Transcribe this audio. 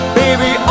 baby